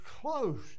close